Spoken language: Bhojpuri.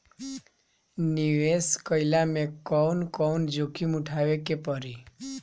निवेस कईला मे कउन कउन जोखिम उठावे के परि?